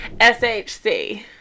SHC